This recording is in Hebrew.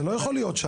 זה לא יכול להיות שם.